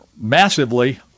massively